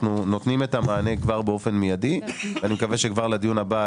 אנחנו נותנים את המענה כבר באופף מיידי ואני מקווה שלדיון הבא,